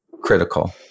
critical